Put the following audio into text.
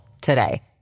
today